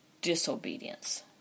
disobedience